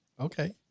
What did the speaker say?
Okay